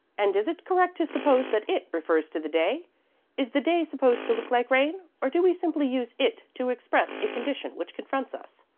and is it correct to suppose that it refers to the day is the day supposed to look like rain or do we simply use it to express a condition which confronts us?